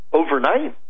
overnight